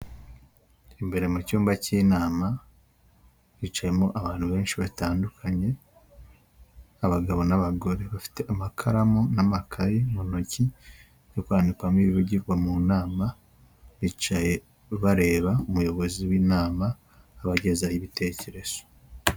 Imbere mu cyumba cy'inama hicayemo abantu benshi batandukanye, abagabo n'abagore bafite amakaramu n'amakayi mu ntoki yo kwandikamo ibivugirwa mu nama, bicaye bareba umuyobozi w'inama, abagezaho ibitekerezo.